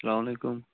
سلام علیکُم